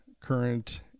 current